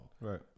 Right